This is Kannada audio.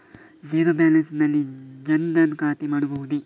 ಝೀರೋ ಬ್ಯಾಲೆನ್ಸ್ ನಲ್ಲಿ ಜನ್ ಧನ್ ಖಾತೆ ಮಾಡಬಹುದೇ?